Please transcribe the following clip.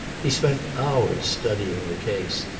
he spent hours studying the case,